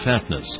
fatness